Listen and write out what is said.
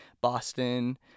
Boston